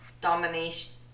Domination